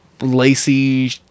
Lacey